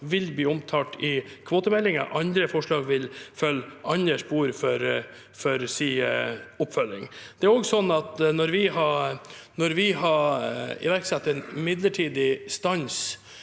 vil bli omtalt i kvotemeldingen. Andre forslag vil følge andre spor for oppfølging. Når vi har iverksatt en midlertidig stans